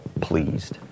pleased